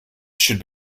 should